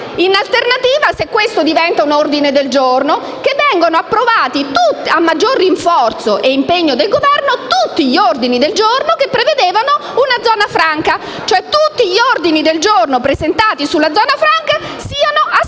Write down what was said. se l'emendamento in oggetto diventa un ordine del giorno, allora che vengano approvati, a maggior rinforzo e impegno del Governo, tutti gli ordini del giorno che prevedevano una zona franca. Tutti gli ordini del giorno presentati su una zona franca siano assorbiti